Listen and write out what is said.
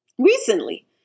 recently